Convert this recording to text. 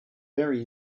very